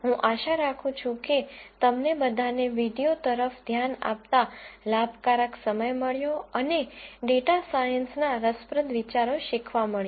હું આશા રાખું છું કે તમને બધાને વિડિઓ તરફ ધ્યાન આપતા લાભકારક સમય મળ્યો અને ડેટા સાયન્સ ના રસપ્રદ વિચારો શીખવા મળ્યા